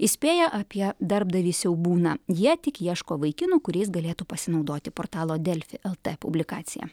įspėja apie darbdavį siaubūną jie tik ieško vaikinų kuriais galėtų pasinaudoti portalo delfi lt publikacija